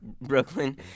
brooklyn